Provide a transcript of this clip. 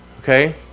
Okay